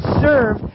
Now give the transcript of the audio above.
serve